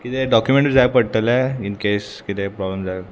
किदें डॉक्युमेंट जाय पडटलें इन केस कितें प्रोब्लम जाय